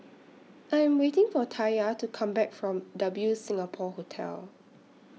I Am waiting For Taya to Come Back from W Singapore Hotel